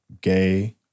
gay